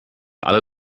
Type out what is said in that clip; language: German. alle